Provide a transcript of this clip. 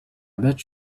bet